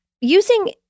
using